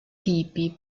tipi